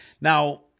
Now